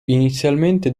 inizialmente